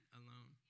alone